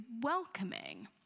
welcoming